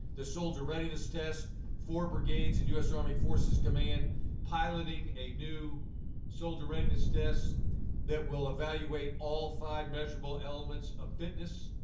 the soldier readiness test, four brigades in u s. army forces command piloting a new solider readiness test that will evaluate all five measurable elements of fitness.